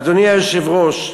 אדוני היושב-ראש,